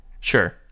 sure